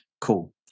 Cool